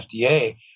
FDA